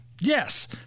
Yes